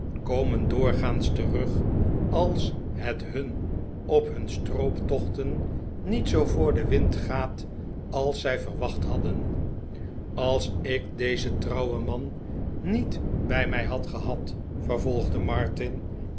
komen doorgaans terug als het hun op hun strooptochten niet zoo voor den wind gaat als zij verwacht hadden als ik dezen trouwen man niet bij mij had gehad vervolgde martin